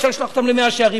אפשר לשלוח אותם למאה-שערים,